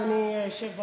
אדוני היושב בראש.